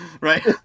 Right